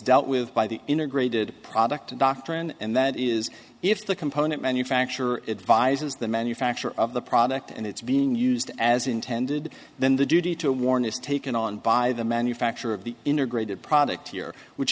dealt with by the integrated product doctrine and that is if the component manufacturer advises the manufacturer of the product and it's being used as intended then the duty to warn is taken on by the manufacturer of the integrated product here which